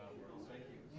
well thank you